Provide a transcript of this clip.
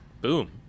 boom